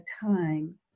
time